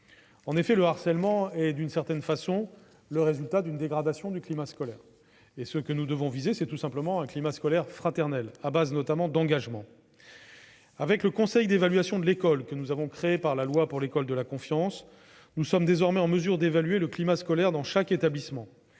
En effet, le harcèlement est d'une certaine façon le résultat d'une dégradation du climat scolaire. Ce que nous devons viser, c'est tout simplement l'installation d'un climat scolaire fraternel, à base d'engagement notamment. Avec le Conseil d'évaluation de l'école, que nous avons créé par la loi pour une école de la confiance, nous sommes désormais en mesure d'évaluer le climat scolaire dans chaque établissement,